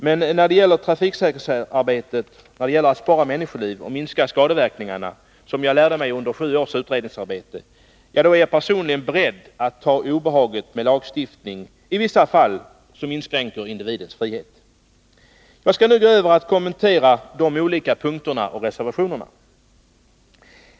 Men när det gäller trafiksäkerhetsarbetet och när det gäller att spara människoliv och minska skadeverkningarna, något som jag lärde mig under sju års utredningsarbete, är jag personligen beredd att ta obehaget av lagstiftning i vissa fall som inskränker individens frihet. Jag skall nu gå över till att kommentera de olika punkterna och reservationerna.